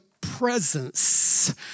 presence